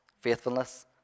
faithfulness